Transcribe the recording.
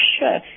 sure